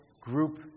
group